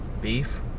Beef